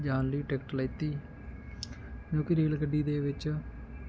ਜਾਣ ਲਈ ਟਿਕਟ ਲੈਤੀ ਕਿਉਂਕਿ ਰੇਲ ਗੱਡੀ ਦੇ ਵਿੱਚ